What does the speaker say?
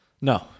No